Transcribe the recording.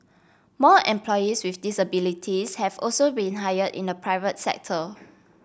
more employees with disabilities have also been hire in the private sector